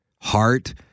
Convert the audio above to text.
heart